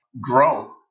grow